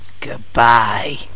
Goodbye